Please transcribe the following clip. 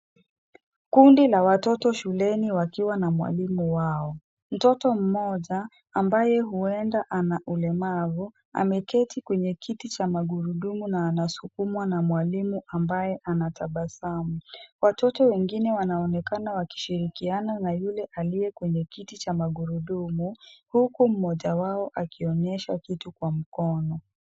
Kundi la watoto shuleni wakiwa na mwalimu wao. Mtoto mmoja ambaye huenda ana ulemavu, ameketi katika kiti cha magurudumu na anasukumwa na mwalimu ambaye anatabasamu. Watoto wengine wanaonekana wakishirikiana na yule aliye kwenye kiti cha magurudumu, huku mmoja wao akionyesha kitu kwa mkono.